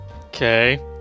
Okay